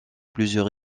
plusieurs